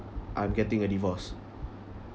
I'm getting a divorce